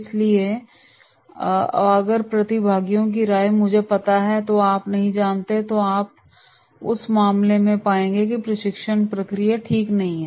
इसलिए अगर प्रतिभागियों की राय मुझे पता है तो आप नहीं जानते तो यहां आप उस मामले में पाएंगे कि प्रशिक्षण प्रक्रिया ठीक नहीं होगी